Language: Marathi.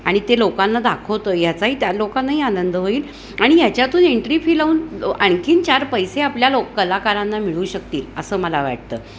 आणि ते लोकांना दाखवतो याचाही त्या लोकांनाही आनंद होईल आणि ह्याच्यातून एन्ट्री फी लावून आणखी चार पैसे आपल्या लोककलाकारांना मिळू शकतील असं मला वाटतं